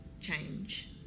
change